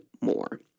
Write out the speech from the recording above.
more